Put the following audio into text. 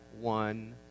one